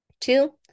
Two